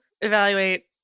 evaluate